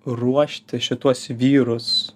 ruošti šituos vyrus